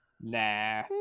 Nah